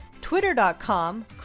twitter.com